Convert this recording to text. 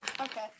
Okay